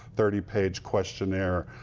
thirty page questionnaire.